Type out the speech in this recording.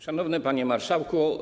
Szanowny Panie Marszałku!